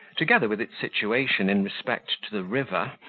together with its situation in respect to the river,